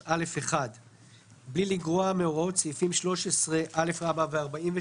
לפני גמר תקופת כהונתה 43א1. בלי לגרוע מהוראות סעיפים 13א ו־43א,"